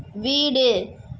வீடு